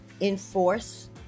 enforce